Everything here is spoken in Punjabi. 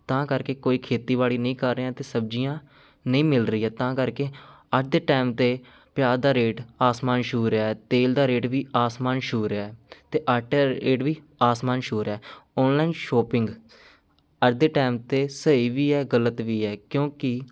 ਤਾਂ ਕਰਕੇ ਕੋਈ ਖੇਤੀਬਾੜੀ ਨਹੀਂ ਕਰ ਰਿਹਾ ਅਤੇ ਸਬਜ਼ੀਆਂ ਨਹੀਂ ਮਿਲ ਰਹੀਆਂ ਤਾਂ ਕਰਕੇ ਅੱਜ ਦੇ ਟਾਈਮ 'ਤੇ ਪਿਆਜ਼ ਦਾ ਰੇਟ ਅਸਮਾਨ ਛੂਹ ਰਿਹਾ ਹੈ ਤੇਲ ਦਾ ਰੇਟ ਵੀ ਅਸਮਾਨ ਛੂਹ ਰਿਹਾ ਹੈ ਅਤੇ ਆਟੇ ਦਾ ਰੇਟ ਵੀ ਅਸਮਾਨ ਛੂਹ ਰਿਹਾ ਔਨਲਾਈਨ ਸ਼ੌਪਿੰਗ ਅੱਜ ਦੇ ਟਾਈਮ 'ਤੇ ਸਹੀ ਵੀ ਹੈ ਗਲਤ ਵੀ ਹੈ ਕਿਉਂਕਿ